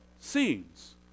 seems